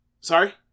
Sorry